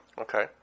okay